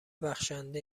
بخشنده